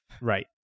Right